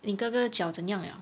你哥哥脚怎么样 liao